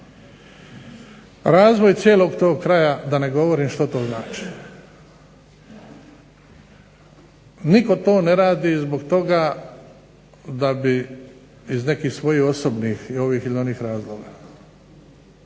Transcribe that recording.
Razvoj cijelog tog kraja da ne govorim što to znači. Nitko to ne radi zbog toga da bi iz nekih svojih osobnih ili ovih ili onih razloga,